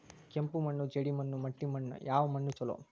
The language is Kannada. ಕೆಂಪು ಮಣ್ಣು, ಜೇಡಿ ಮಣ್ಣು, ಮಟ್ಟಿ ಮಣ್ಣ ಯಾವ ಮಣ್ಣ ಛಲೋ?